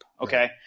okay